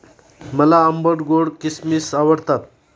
मला आंबट गोड किसमिस आवडतात